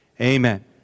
Amen